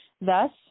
Thus